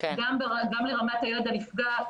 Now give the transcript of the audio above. גם לרמת הילד הנפגע,